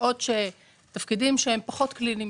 בעוד שתפקידים שהם פחות קליניים,